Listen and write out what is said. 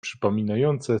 przypominające